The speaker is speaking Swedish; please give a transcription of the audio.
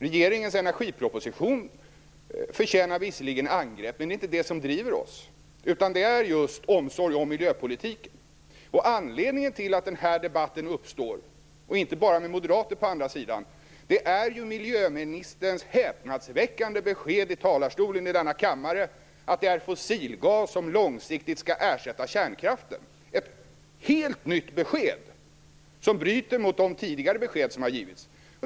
Regeringens energipropositionen förtjänar visserligen angrepp, men det är inte det som driver oss utan det är just omsorg om miljöpolitiken. Anledningen till att den här debatten uppstår - och inte bara med moderater på andra sidan - är ju miljöministerns häpnadsväckande besked från talarstolen i denna kammare, att det är fossilgas som långsiktigt skall ersätta kärnkraften. Det är ett helt nytt besked som bryter mot de tidigare besked som har givits.